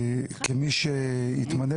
כמי שיתמנה,